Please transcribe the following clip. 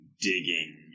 digging